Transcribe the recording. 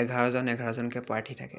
এঘাৰজন এঘাৰজনকৈৈ প্ৰাৰ্থী থাকে